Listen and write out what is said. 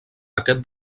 aquest